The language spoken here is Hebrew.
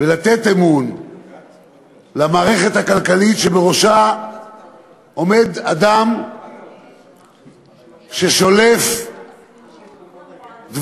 ולתת אמון במערכת הכלכלית שבראשה עומד אדם ששולף דברים